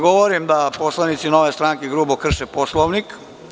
Govorim da poslanici Nove stranke grubo krše Poslovnik.